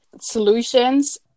solutions